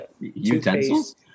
utensils